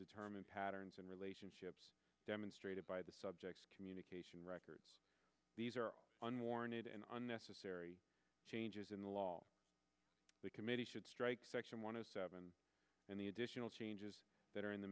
determine patterns and relationships demonstrated by the subjects communication records these are unwarranted and unnecessary changes in the law the committee should strike section one of seven and the additional changes that are in the